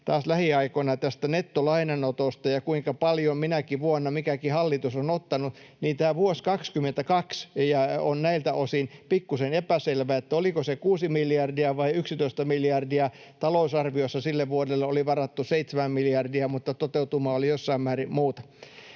lähiaikoina nettolainanotosta ja kuinka paljon minäkin vuonna mikäkin hallitus on ottanut, niin tämä vuosi 22 on näiltä osin pikkuisen epäselvä, eli oliko se 6 miljardia vai 11 miljardia. Talousarviossa sille vuodelle oli varattu 7 miljardia, mutta toteutuma oli jossain määrin muuta.